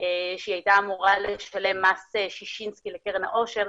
שהיתה אמורה לשלם מס ששינסקי לקרן העושר.